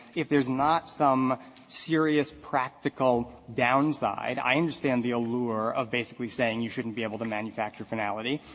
if there's not some serious practical downside, i understand the allure of basically saying you shouldn't be able to manufacture finality.